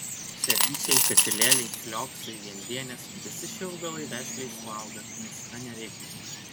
serenčiai katilėliai flioksai viendienės visi šie augalai vešliai suauga nes yra nereiklūs